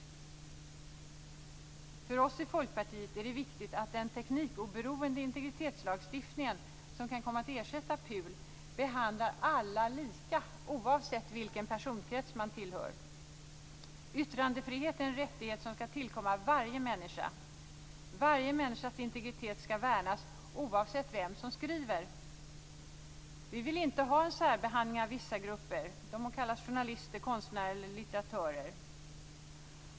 För oss i Folkpartiet är det viktigt att den teknikoberoende integritetslagstiftning som kan komma att ersätta PUL behandlar alla lika, oavsett vilken personkrets man tillhör. Yttrandefriheten är en rättighet som skall tillkomma varje människa. Varje människas integritet skall värnas, oavsett vem som skriver. Vi vill inte ha en särbehandling av vissa grupper - de må kallas journalister, konstnärer eller litteratörer.